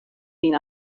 been